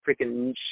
freaking